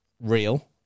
real